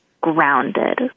grounded